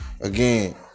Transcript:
again